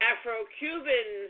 Afro-Cuban